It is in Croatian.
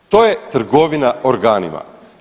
To je trgovina organima.